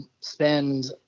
spend